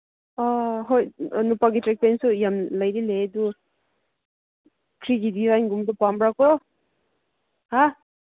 ꯑꯥ ꯍꯣꯏ ꯅꯨꯄꯥꯒꯤ ꯇ꯭ꯔꯦꯛ ꯄꯦꯟꯁꯨ ꯌꯥꯝ ꯂꯩꯗꯤ ꯂꯩꯌꯦ ꯑꯗꯨ ꯁꯤꯒꯤ ꯗꯤꯖꯥꯏꯟꯒꯨꯝꯕ ꯄꯥꯝꯕ꯭ꯔꯀꯣ ꯍꯥ